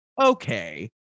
okay